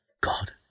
God